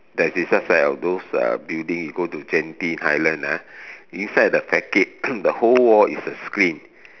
that is just like those uh building you go to Genting Highlands ah inside the the whole wall is a screen